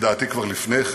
לדעתי כבר לפני,